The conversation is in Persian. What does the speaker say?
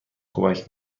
کمک